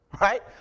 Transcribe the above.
Right